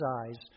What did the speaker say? eyes